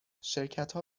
شرکتها